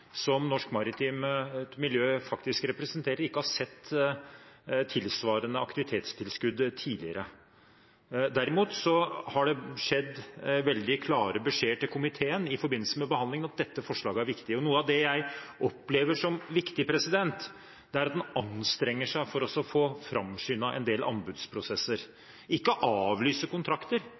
som norsk maritimt miljø faktisk representerer, ikke har sett tilsvarende aktivitetstilskudd tidligere. Derimot er det gitt veldig klare beskjeder til komiteen i forbindelse med behandlingen om at dette forslaget er viktig. Noe av det jeg opplever som viktig, er at man anstrenger seg for å få framskyndet en del anbudsprosesser – ikke avlyser kontrakter,